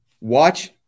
watch